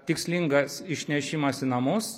tikslingas išnešimas į namus